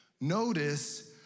Notice